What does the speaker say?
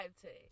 today